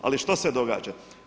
Ali što se događa?